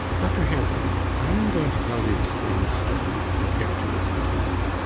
doctor herdal i am going to tell you a strange story if you care to listen to it.